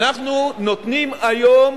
אנחנו נותנים היום